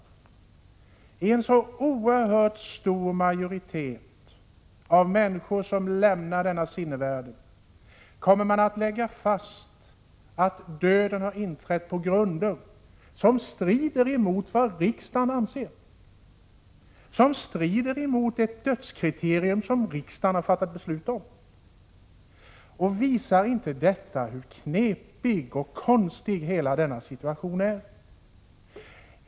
För en oerhört stor majoritet av människor som lämnar sinnevärlden kommer man att lägga fast att döden har inträtt på grunder som strider mot vad riksdagen anser, dvs. som strider mot ett dödskriterium som riksdagen har fattat beslut om. Visar inte det hur knepig och konstig situationen är?